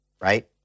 Right